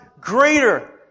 greater